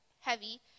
heavy